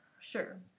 sure